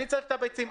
אני צריך את הביצים.